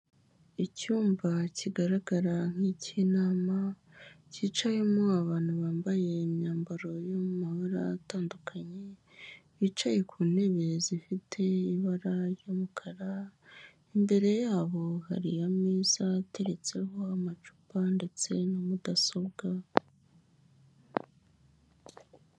Icyumba kigaragara nk'ikiny'inamama cyicayemo abantu bambaye imyambaro y'amabara atandukanye bicaye ku ntebe zifite ibara ry'umukara imbere yabo hariya ameza ateretseho amacupa ndetse na mudasobwa.